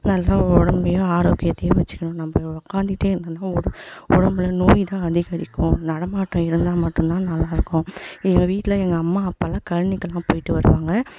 நல்லா உடம்பையும் ஆரோக்கியத்தையும் வைச்சுக்கணும் நம்ப உக்கார்ந்துகிட்டே இருந்தோன்னால் ஒடல் உடம்புல நோய் தான் அதிகரிக்கும் நடமாட்டம் இருந்தால் மட்டும் தான் நல்லாயிருக்கும் எங்கள் வீட்டில் எங்கள் அம்மா அப்பாவெலாம் கழனிக்கெலாம் போய்ட்டு வருவாங்க